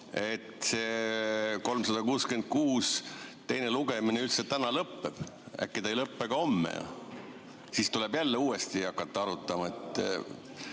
366 teine lugemine täna lõpeb? Äkki ta ei lõpe ka homme. Siis tuleb jälle uuesti hakata arutama või